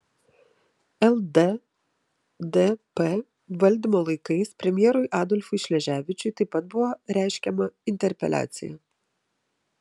lddp valdymo laikais premjerui adolfui šleževičiui taip pat buvo reiškiama interpeliacija